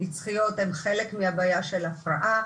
נצחיות והן חלק מהבעיה של ההפרעה.